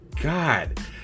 God